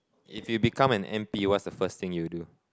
if you become an M_P what's the first thing you will do